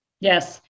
Yes